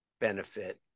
benefit